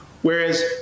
Whereas